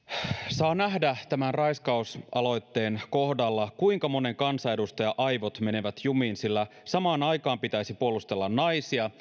saa nähdä tämän raiskausaloitteen kohdalla kuinka monen kansanedustajan aivot menevät jumiin sillä samaan aikaan pitäisi puolustella naisia